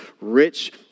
rich